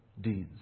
deeds